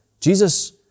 Jesus